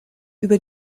über